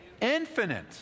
Infinite